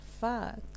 fuck